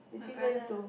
is he going to